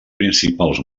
principals